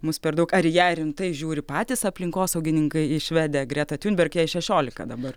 mus per daug ar į ją rimtai žiūri patys aplinkosaugininkai į švedę gretą tiunberg jai šešiolika dabar